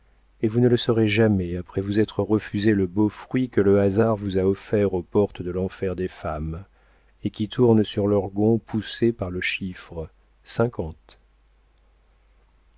et vous ne le serez jamais après vous être refusé le beau fruit que le hasard vous a offert aux portes de l'enfer des femmes et qui tournent sur leurs gonds poussées par le chiffre